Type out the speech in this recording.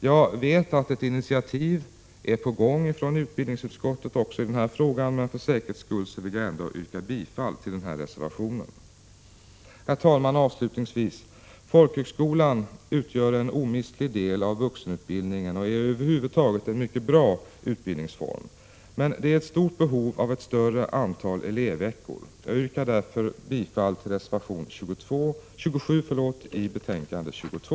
Jag vet att ett initiativ är på gång från utbildningsutskottet också i denna fråga, men för säkerhets skull yrkar jag ändå bifall till denna reservation. Herr talman! Avslutningsvis: Folkhögskolan utgör en omistlig del av vuxenutbildningen och är över huvud taget en mycket bra utbildningsform. Men det finns ett stort behov av ett större antal elevveckor, Jag yrkar därför bifall till reservation 27 i betänkande 22.